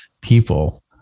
people